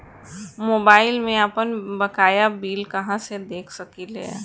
Mobile में आपनबकाया bill कहाँसे देख सकिले?